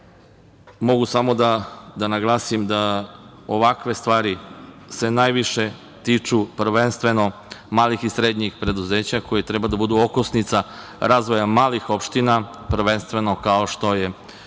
samo da naglasim da ovakve stvari se najviše tiču prvenstveno malih i srednjih preduzeća koja treba da budu okosnica razvoja malih opština, prvenstveno kao što je Trgovište